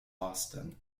austin